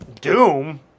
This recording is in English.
Doom